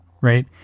right